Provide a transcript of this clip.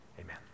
Amen